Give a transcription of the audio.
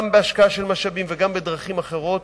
גם בהשקעה של משאבים וגם בדרכים אחרות,